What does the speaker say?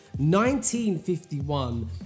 1951